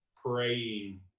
praying